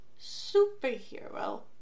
superhero